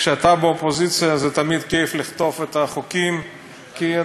כשאתה באופוזיציה זה תמיד כיף לכתוב את החוקים כי,